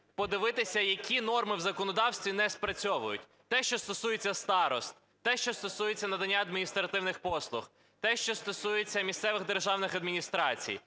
подивитися, які норми в законодавстві не спрацьовують. Те, що стосується старост, те, що стосується надання адміністративних послуг, те, що стосується місцевих державних адміністрацій,